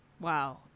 Wow